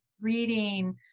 reading